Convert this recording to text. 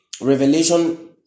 Revelation